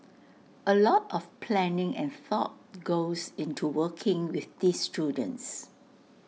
A lot of planning and thought goes into working with these students